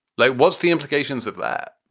like, what's the implications of that?